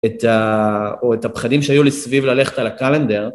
את ה.. או את הפחדים שהיו לסביב ללכת על הקלנדר.